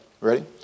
ready